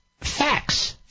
facts